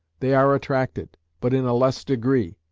they are attracted, but in a less degree,